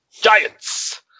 Giants